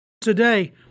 Today